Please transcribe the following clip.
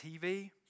TV